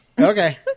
Okay